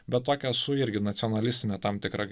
bet tokia su irgi nacionalistine tam tikra